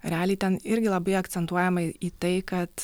realiai ten irgi labai akcentuojama į tai kad